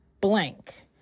blank